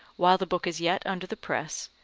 while the book is yet under the press,